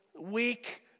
weak